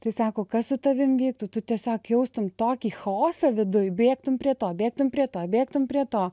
tai sako kas su tavim vyktų tu tiesiog jaustum tokį chaosą viduj bėgtum prie to bėgtum prie to bėgtum prie to